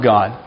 God